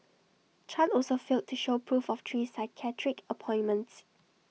chan also failed to show proof of three psychiatric appointments